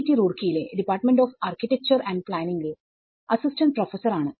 T Roorkee യിലെ department of architecture and planning ലെ assistant professor ആണ്